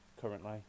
Currently